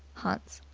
hants.